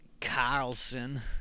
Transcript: Carlson